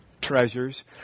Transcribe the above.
treasures